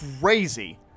crazy